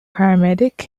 paramedic